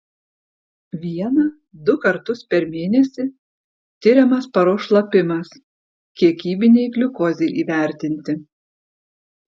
vieną du kartus per mėnesį tiriamas paros šlapimas kiekybinei gliukozei įvertinti